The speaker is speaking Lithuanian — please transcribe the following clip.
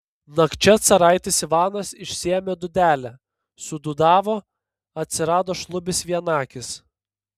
nakčia caraitis ivanas išsiėmė dūdelę sudūdavo atsirado šlubis vienakis